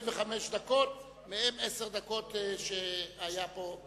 25 דקות, ומהן עשר דקות שהיה פה סגן שר.